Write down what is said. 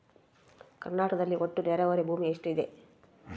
ಕರ್ನಾಟಕದಲ್ಲಿ ಒಟ್ಟು ನೇರಾವರಿ ಭೂಮಿ ಎಷ್ಟು ಇದೆ?